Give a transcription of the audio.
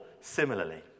similarly